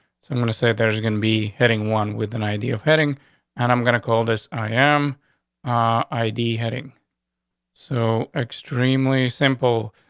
so i'm going to say there's going to be heading one with the ninety of heading and i'm gonna call this. i am i d heading so extremely simple.